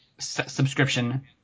Subscription